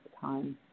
time